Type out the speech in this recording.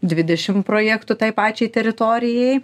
dvidešim projektų tai pačiai teritorijai